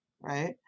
right